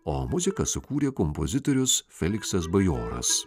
o muziką sukūrė kompozitorius feliksas bajoras